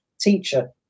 teacher